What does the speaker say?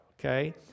okay